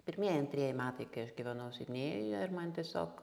pirmieji antrieji metai kai aš gyvenau sidnėjuje ir man tiesiog